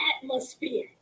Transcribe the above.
atmosphere